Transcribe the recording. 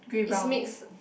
is mix